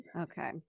Okay